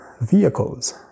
vehicles